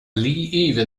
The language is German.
lee